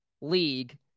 league